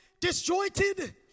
disjointed